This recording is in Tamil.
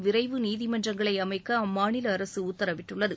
விரைவு நீதிமன்றங்களை அமைக்கவும் மாநில அரசு உத்தரவிட்டுள்ளது